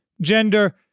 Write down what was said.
gender